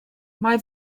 mae